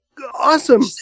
Awesome